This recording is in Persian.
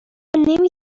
نمی